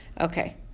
Okay